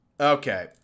Okay